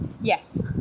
Yes